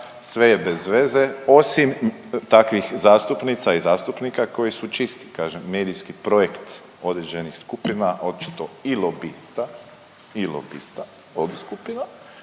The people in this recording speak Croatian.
sve je bez veze osim takvih zastupnica i zastupnika koji su čisti, kažem, medijski projekt određenih skupina, očito i lobista i lobista ovih skupina